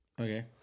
Okay